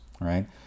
right